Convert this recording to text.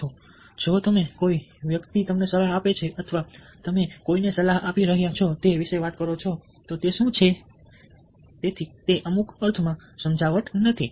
પરંતુ જો તમે કોઈ વ્યક્તિ તમને સલાહ આપે છે અથવા તમે કોઈને સલાહ આપી રહ્યા છો તે વિશે વાત કરો છો તો તે શું છે તે અમુક અર્થમાં સમજાવટ નથી